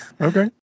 Okay